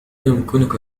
أيمكنك